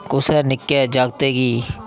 कुसै निक्के जागतै गी